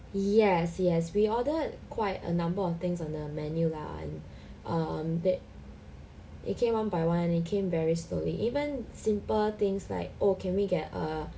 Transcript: yes yes we ordered quite a number of things on the menu lah and um but it came one by one and it came very slowly even simple things like oh can we get a